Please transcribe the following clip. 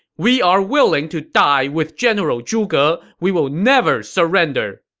we are willing to die with general zhuge! we will never surrender!